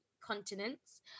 continents